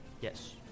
Yes